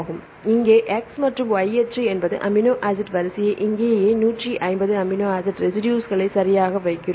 எனவே இங்கே x மற்றும் y அச்சு என்பது அமினோ ஆசிட் வரிசை இங்கேயே 150 அமினோ ஆசிட் ரெசிடுஸ்களை சரியாக வைக்கிறோம்